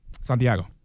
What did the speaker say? Santiago